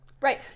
right